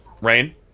Rain